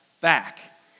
back